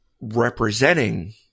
representing